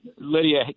Lydia